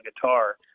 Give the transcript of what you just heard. guitar